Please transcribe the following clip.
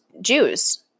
Jews